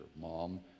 Mom